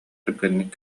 түргэнник